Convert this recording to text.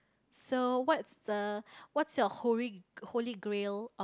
so what's the what's your holy holy grall of